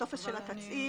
הטופס של התצהיר,